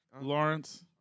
Lawrence